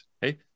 Hey